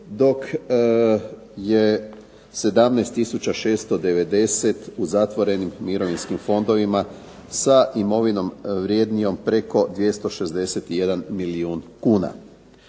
dok je 17 tisuća 690 u zatvorenim mirovinskim fondovima sa imovinom vrjednijom preko 261 milijun kuna.